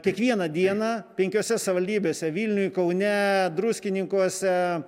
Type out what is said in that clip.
kiekvieną dieną penkiose savivaldybėse vilniuj kaune druskininkuose